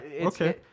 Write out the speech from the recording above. okay